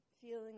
feeling